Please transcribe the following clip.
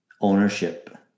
ownership